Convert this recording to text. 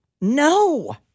No